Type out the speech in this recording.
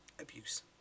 abuse